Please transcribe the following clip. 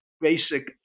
basic